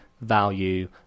value